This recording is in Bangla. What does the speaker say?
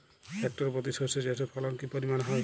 হেক্টর প্রতি সর্ষে চাষের ফলন কি পরিমাণ হয়?